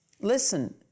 listen